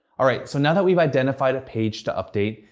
alright, so now that we've identified a page to update,